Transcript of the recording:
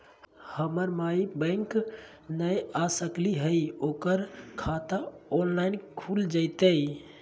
हमर माई बैंक नई आ सकली हई, ओकर खाता ऑनलाइन खुल जयतई?